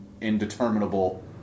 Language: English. indeterminable